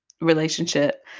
relationship